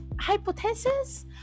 hypothesis